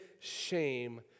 shame